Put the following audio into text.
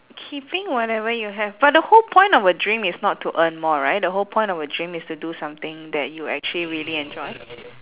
keeping whatever you have but the whole point of a dream is not to earn more right the whole point of a dream is to do something that you actually really enjoy